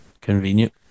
convenient